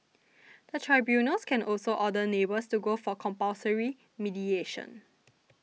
the tribunals can also order neighbours to go for compulsory mediation